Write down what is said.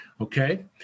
Okay